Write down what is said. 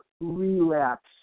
relapse